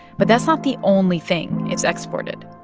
but that's not the only thing it's exported.